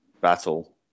battle